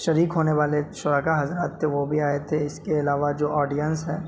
شریک ہونے والے شرکا حضرات تھے وہ بھی آئے تھے اس کے علاوہ جو آڈیئنس ہے